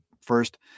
first